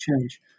change